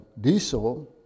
diesel